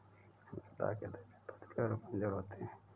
लता के तने पतले और कमजोर होते हैं